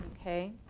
Okay